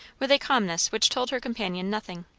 with a calmness which told her companion nothing.